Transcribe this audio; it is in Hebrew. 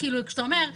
שזה דבר שגורם לך,